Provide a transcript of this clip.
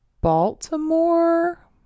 Baltimore